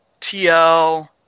TL